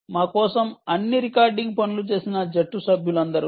మా కోసం అన్ని రికార్డింగ్ పనులు చేసిన జట్టు సభ్యులందరూ